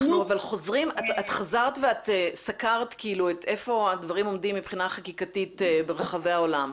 את חזרת וסקרת איפה הדברים עומדים מבחינה חקיקתית ברחבי העולם,